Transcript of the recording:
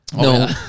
No